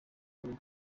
buriho